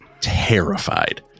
terrified